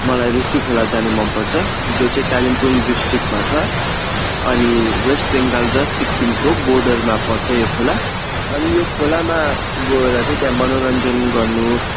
मलाई ऋषि खोला जानु मन पर्छ जो चाहिँ कालिम्पोङ डिस्ट्रिक्टमा छ अनि वेस्ट बङ्गाल र सिक्किमको बोर्डरमा पर्छ यो खोला अनि यो खोलामा गएर चाहिँ त्यहाँ मनोरञ्जन गर्नु